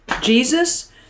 Jesus